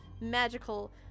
magical